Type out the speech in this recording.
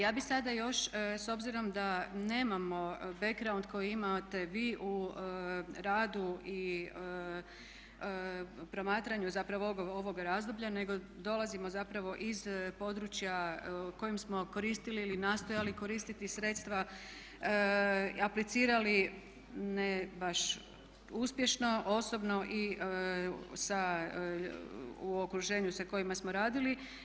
Ja bih sada još s obzirom da nemamo background koji imate vi u radu i promatranju zapravo ovog razdoblja nego dolazimo zapravo iz područja u kojem smo koristili ili nastojali koristiti sredstva, aplicirali ne baš uspješno, osobno i sa, u okruženju sa kojima smo radili.